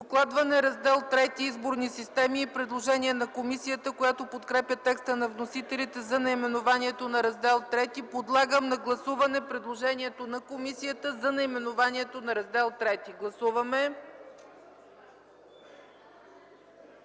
Докладван е Раздел ІІІ „Изборни системи” и предложението на комисията, която подкрепя текста на вносителя за наименованието на Раздел ІІІ. Подлагам на гласуване предложението на комисията за наименованието на Раздел ІІІ.